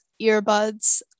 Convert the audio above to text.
earbuds